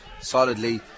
solidly